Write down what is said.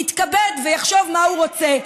יתכבד ויחשוב מה הוא רוצה.